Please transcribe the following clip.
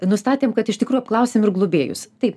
nustatėm kad iš tikrųjų apklausėm ir globėjus taip